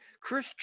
Chris